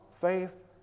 faith